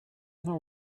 know